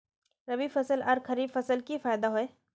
रवि फसल आर खरीफ फसल की फसल होय?